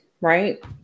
right